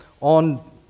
on